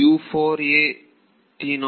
ವಿದ್ಯಾರ್ಥಿ4